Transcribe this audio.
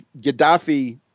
Gaddafi